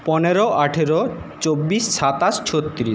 পনেরো আঠেরো চব্বিশ সাতাশ ছত্তিরিশ